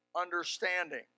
understanding